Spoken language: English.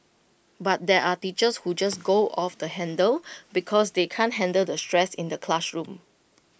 but there are teachers who just go off the handle because they can't handle the stress in the classroom